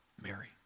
Mary